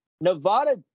Nevada